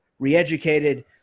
reeducated